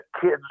kids